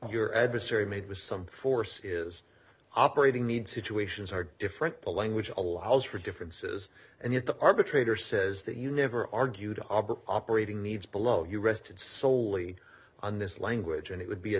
your adversary made was some force is operating needs situations are different the language allows for differences and yet the arbitrator says that you never argue to harbor operating needs below you rested soley on this language and it would be a